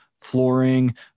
flooring